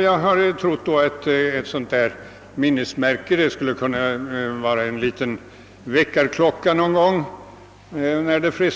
Jag har därför trott att tillskapandet av detta minnesmärke, som jag föreslagit, skulle kunna fungera som en väckarklocka när det verkligen vill